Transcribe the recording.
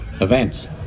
events